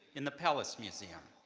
in the palace museum,